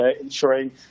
ensuring